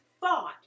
fought